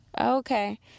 okay